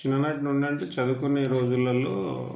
చిన్ననాటి నుండి అంటే చదువుకునే రోజులల్లో